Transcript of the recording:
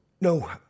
No